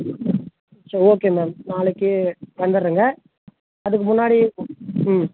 சரி okay ma'am நாளைக்கி வந்துரங்க அதுக்கு முன்னாடி ம்